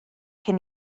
cyn